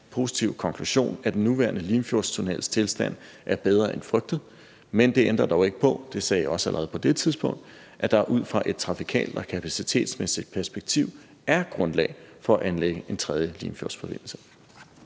positive konklusion, at den nuværende Limfjordstunnels tilstand er bedre end frygtet. Men det ændrer dog ikke på – det sagde jeg også allerede på det tidspunkt – at der ud fra et trafikalt og kapacitetsmæssigt perspektiv er grundlag for at anlægge en tredje Limfjordsforbindelse.